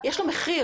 יש לו מחיר.